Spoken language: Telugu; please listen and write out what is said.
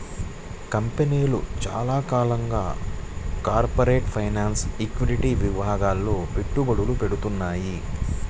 కంపెనీలు చాలా కాలంగా కార్పొరేట్ ఫైనాన్స్, ఈక్విటీ విభాగాల్లో పెట్టుబడులు పెడ్తున్నాయి